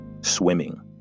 swimming